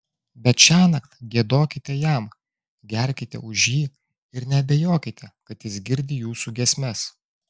bet šiąnakt giedokite jam gerkite už jį ir neabejokite kad jis girdi jūsų giesmes